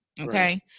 Okay